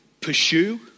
pursue